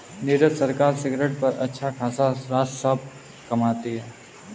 नीरज सरकार सिगरेट पर अच्छा खासा राजस्व कमाती है